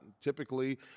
typically